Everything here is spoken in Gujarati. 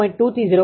2 થી 0